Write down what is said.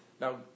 Now